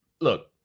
look